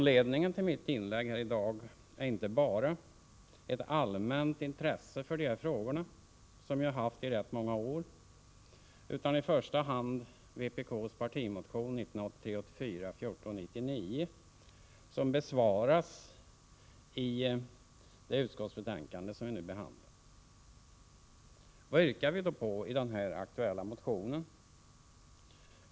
Anledningen till mitt inlägg i dag är inte bara ett allmänt intresse för de här frågorna, som jag haft i rätt många år, utan i första hand vpk:s partimotion 1983/84:1499 som besvaras i det utskottsbetänkande som vi nu behandlar. Vad yrkar vi då på i den aktuella motionen?